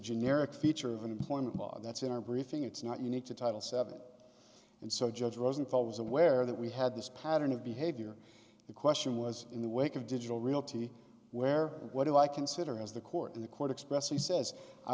generic feature of employment law that's in our briefing it's not unique to title seven and so judge rosenthal was aware that we had this pattern of behavior the question was in the wake of digital realty where what do i consider as the court in the court expressly says i